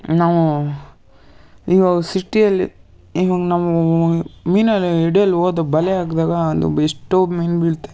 ನಾವು ಈವಾಗ ಸಿಟಿಯಲ್ಲಿ ಈವಾಗ ನಮ್ಮ ಮೀನನ್ನು ಹಿಡಿಯಲು ಹೋದ ಬಲೆ ಹಾಕಿದಾಗ ಒಂದು ಎಷ್ಟೋ ಮೀನು ಬೀಳುತ್ತೆ